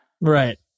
Right